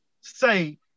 say